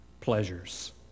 pleasures